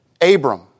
Abram